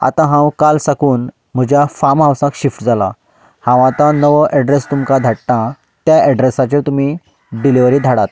आतां हांव काल साकून म्हज्या फाम हावजांत शिफ्ट जालां हांव आतां नवो एड्रेस तुमकां धाडटां त्या एड्रेसाचेर तुमी डिलीवरी धाडात